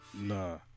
Nah